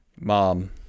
Mom